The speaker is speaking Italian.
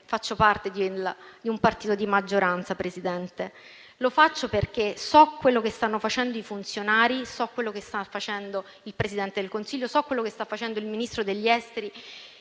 faccio parte di un partito di maggioranza, signor Presidente. Lo faccio perché so quello che stanno facendo i funzionari, so quello che sta facendo il Presidente del Consiglio, so quello che sta facendo il Ministro degli esteri